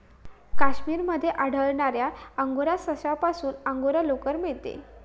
काश्मीर मध्ये आढळणाऱ्या अंगोरा सशापासून अंगोरा लोकर मिळते